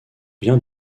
vient